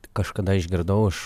kažkada išgirdau iš